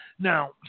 Now